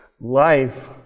life